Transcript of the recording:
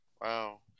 Wow